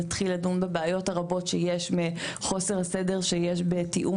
נתחיל לדון בבעיות הרבות שיש מחוסר סדר שיש בתיאום